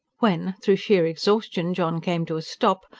when, through sheer exhaustion, john came to a stop,